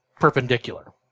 perpendicular